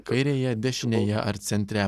kairėje dešinėje ar centre